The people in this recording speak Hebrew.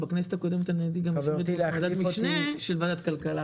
בכנסת הקודמת אני הייתי גם יושבת-ראש ועדת משנה של ועדת כלכלה.